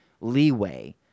leeway